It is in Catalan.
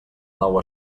nou